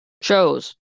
shows